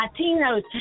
Latinos